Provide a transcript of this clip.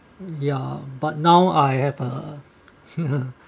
ya but now I have a